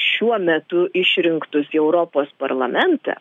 šiuo metu išrinktus į europos parlamentą